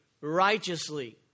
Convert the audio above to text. righteously